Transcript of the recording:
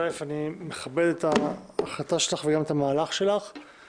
אני מכבד את ההחלטה שלך וגם את המהלך שלך,